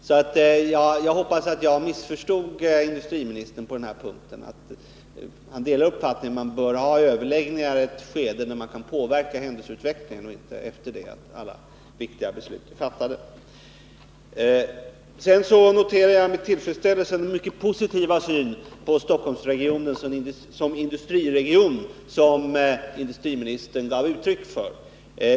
Jag hoppas alltså att jag missförstod industriministern på den punkten och att han delar uppfattningen att man bör ha överläggningar i ett skede när man kan påverka händelseutvecklingen och inte efter det att alla viktiga beslut är fattade. Sedan noterar jag med tillfredsställelse den mycket positiva syn på Stockholmsregionen som industriregion som industriministern gav uttryck för.